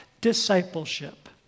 discipleship